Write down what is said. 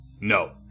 No